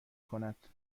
کند